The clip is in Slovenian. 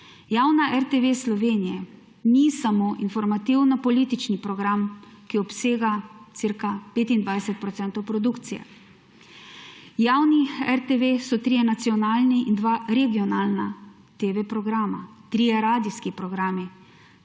Javna RTV Slovenija ni samo informativnopolitični program, ki obsega cirka 25 % produkcije. Javna RTV so trije nacionalni in dva regionalna TV programa, trije radijski programi